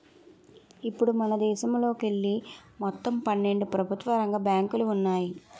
ఇప్పుడు మనదేశంలోకెళ్ళి మొత్తం పన్నెండు ప్రభుత్వ రంగ బ్యాంకులు ఉన్నాయి